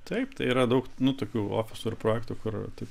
taip tai yra daug nu tokių ofisų ir projektų kur tu